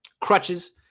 crutches